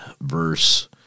verse